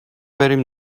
بریم